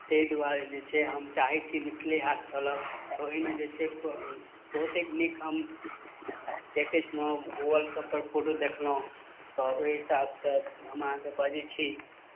तै दुआरे जे छै हम चाहय छी मिथिले हाट चलब तऽ ओहिमे जे छै बहुतेक नीक हम देखय छलहुँ व्हाट्सएपपर फोटो देखलहुँ तऽ ओइ हिसाबसँ हम अहाँके बजय छी